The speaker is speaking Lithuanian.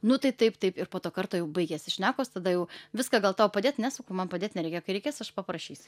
nu tai taip taip ir po to karto jau baigėsi šnekos tada jau viską gal tau padėt ne sakau man padėt nereikia kai reikės aš paprašysiu